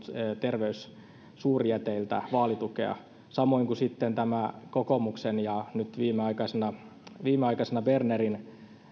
terveyssuurjäteiltä vaalitukea samoin kuin sitten tämä kokoomuksen niin sanottu pyöröovi ilmiö ja nyt viimeaikaisena viimeaikaisena